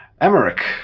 Emmerich